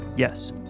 Yes